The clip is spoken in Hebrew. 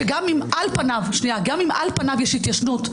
שגם אם על פניו יש התיישנות,